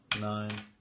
Nine